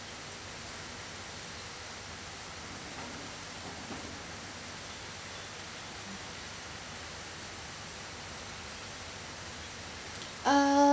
uh